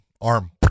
Arm